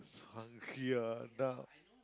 yeah so hungry ah now